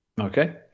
Okay